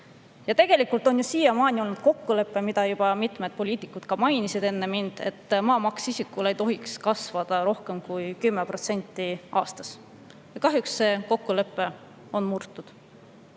Tegelikult on siiamaani olnud kokkulepe, mida juba mitmed poliitikud mainisid, et maamaks isikule ei tohiks kasvada rohkem kui 10% aastas. Kahjuks seda kokkulepet on murtud.